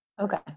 Okay